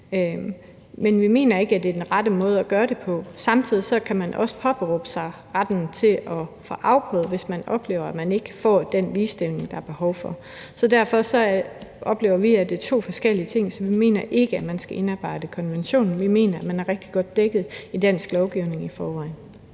Men vi mener ikke, at det er den rette måde at gøre det på. Samtidig kan man også påberåbe sig retten til at få det afprøvet, hvis man oplever, at man ikke får den ligestilling, der er behov for. Derfor oplever vi, at det er to forskellige ting. Så vi mener ikke, at man skal indarbejde konventionen. Vi mener, at man er rigtig godt dækket i dansk lovgivning i forvejen.